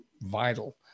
vital